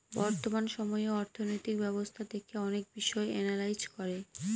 বর্তমান সময়ে অর্থনৈতিক ব্যবস্থা দেখে অনেক বিষয় এনালাইজ করে